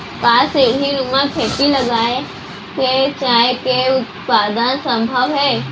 का सीढ़ीनुमा खेती लगा के चाय के उत्पादन सम्भव हे?